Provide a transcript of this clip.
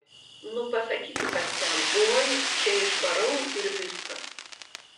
nu pasakytų kad ten oi čia išvarau ir viskas